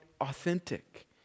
authentic